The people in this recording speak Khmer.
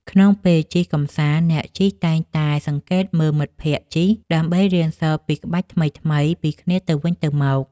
ក្នុងពេលជិះកម្សាន្ត អ្នកជិះតែងតែសង្កេតមើលមិត្តភក្ដិជិះ ដើម្បីរៀនសូត្រពីក្បាច់ថ្មីៗពីគ្នាទៅវិញទៅមក។